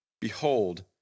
Behold